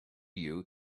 you